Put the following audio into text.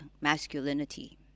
masculinity